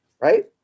right